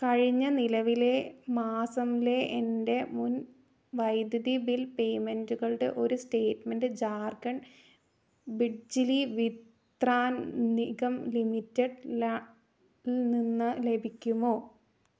കഴിഞ്ഞ നിലവിലെ മാസംലെ എൻ്റെ മുൻ വൈദ്യുതി ബിൽ പേയ്മെൻ്റുകളുടെ ഒരു സ്റ്റേറ്റ്മെൻ്റ് ജാർഖണ്ഡ് ബിജ്ലി വിത്രാൻ നിഗം ലിമിറ്റഡ് ല ൽ നിന്ന് ലഭിക്കുമോ